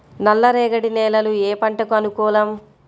నల్ల రేగడి నేలలు ఏ పంటకు అనుకూలం?